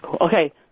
Okay